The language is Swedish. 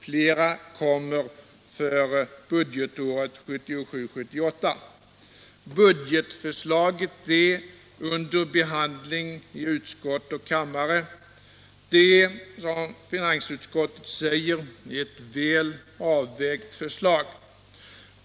Flera kommer för budgetåret 1977/78. Budgetförslaget är under behandling i utskott och kammare. Det är, som finansutskottet säger, ett väl avvägt förslag.